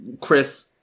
Chris